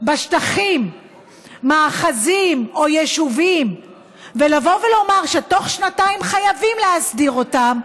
בשטחים מאחזים או יישובים ולבוא ולומר שתוך שנתיים חייבים להסדיר אותם,